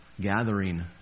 Gathering